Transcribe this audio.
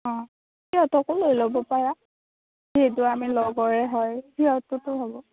অ' সিহতঁকো লৈ ল'ব পাৰা যিহেতু আমি লগৰে হয় সিহঁতোটো হ'ব